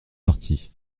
partis